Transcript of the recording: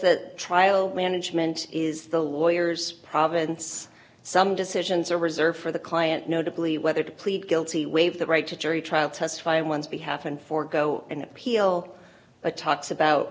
that trial management is the lawyers province some decisions are reserved for the client notably whether to plead guilty waive the right to jury trial testify once behalf and forego an appeal that talks about